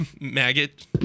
maggot